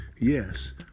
Yes